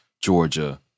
Georgia